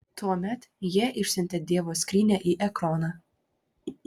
tuomet jie išsiuntė dievo skrynią į ekroną